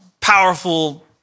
powerful